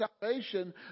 salvation